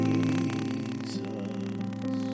Jesus